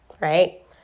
Right